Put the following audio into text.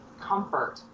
comfort